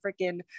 freaking